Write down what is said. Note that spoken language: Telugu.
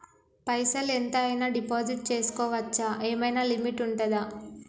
పైసల్ ఎంత అయినా డిపాజిట్ చేస్కోవచ్చా? ఏమైనా లిమిట్ ఉంటదా?